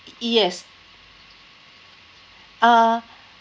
yes uh